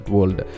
World